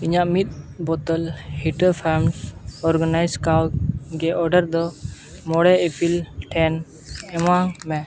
ᱤᱧᱟᱹᱜ ᱢᱤᱫ ᱵᱳᱛᱳᱞ Hita Farms organise cow ghee order ᱫᱚ ᱢᱚᱬᱮ ᱤᱯᱤᱞ ᱴᱷᱮᱱ ᱮᱢᱟᱣ ᱢᱮ